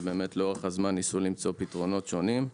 שלאורך הזמן ניסו למצוא פתרונות שונים.